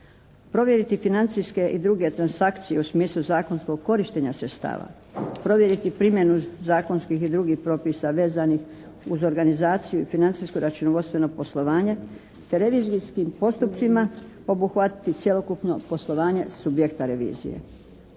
Provjeriti financijske i druge transakcije u smislu zakonskog korištenja sredstava, provjeriti primjenu zakonskih i drugih propisa vezanih uz organizaciju i financijsko-računovodstveno poslovanje te revizijskim postupcima obuhvatiti cjelokupno poslovanje subjekta revizije.